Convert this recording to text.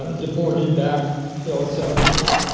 ah deported back to el salvador,